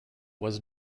was